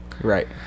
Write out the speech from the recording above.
right